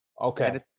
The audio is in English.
Okay